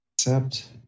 Accept